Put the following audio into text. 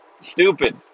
stupid